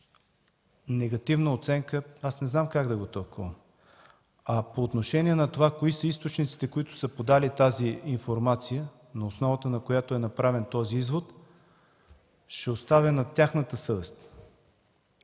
негативна оценка, аз не знам как да го тълкувам. По отношение на това кои са източниците, които са подали тази информация, на основата на която е направен този извод, ще оставя на тяхната съвест.